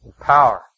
Power